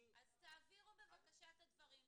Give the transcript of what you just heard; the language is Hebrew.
אז תעבירו בבקשה את הדברים .